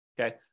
Okay